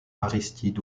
aristide